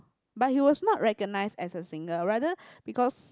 but he was not recognized as a singer rather because